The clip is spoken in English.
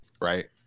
right